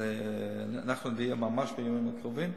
אנחנו נודיע ממש בימים הקרובים.